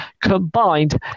combined